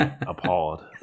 appalled